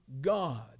God